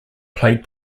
played